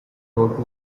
note